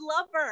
Lover